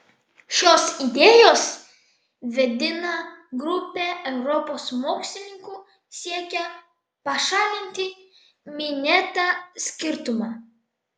šios idėjos vedina grupė europos mokslininkų siekia pašalinti minėtą skirtumą